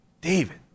David